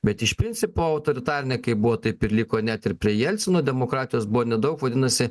bet iš principo autoritarinė kaip buvo taip ir liko net ir prie jelcino demokratijos buvo nedaug vadinasi